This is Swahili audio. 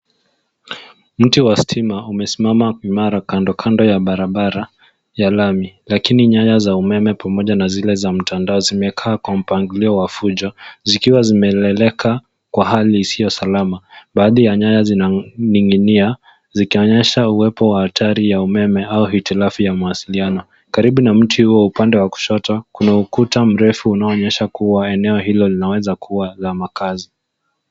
Mti wa stima umesimama imara kandokando ya barabara ya lami, lakini nyaya za umeme pamoja na zile za mtandao zimekaa kwa mpangilio wa fujo, zikiwa zimeleleka kwa hali isiyo salama. Baadhi ya nyaya zinaning'inia, zikionyesha uwepo wa hatari ya umeme au hitilafu ya mawasiliano. Karibu na mti huo, upande wa kushoto kuna ukuta mrefu unaoonyesha kuwa eneo hilo linaweza kuwa la makazi.